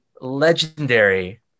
legendary